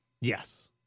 Yes